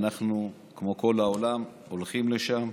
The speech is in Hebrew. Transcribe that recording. אנחנו כמו כל העולם הולכים לשם,